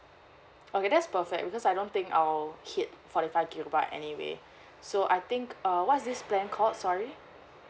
okay that's perfect because I don't think I'll keep forty five gigabyte anyway so I think uh what's this plan called sorry